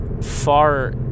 far